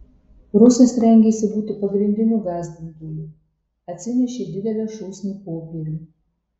rusas rengėsi būti pagrindiniu gąsdintoju atsinešė didelę šūsnį popierių